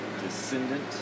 descendant